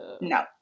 No